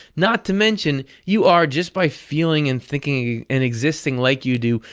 not to mention, you are just by feeling and thinking and existing like you do,